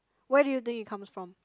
where do you think it comes from